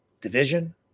division